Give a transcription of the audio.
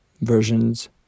versions